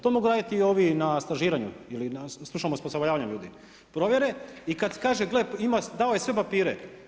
To mogu raditi i ovi na stažiranju ili na stručnom osposobljavanju ljudi provjere i kad kaže gle, ima, dao je sve papire.